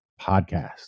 podcast